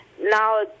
now